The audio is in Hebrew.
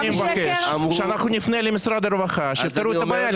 אני מבקש שנפנה למשרד הרווחה שייפתרו את הבעיה.